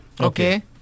Okay